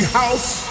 house